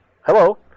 Hello